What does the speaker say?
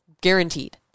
Guaranteed